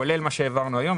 כולל מה שהעברנו היום,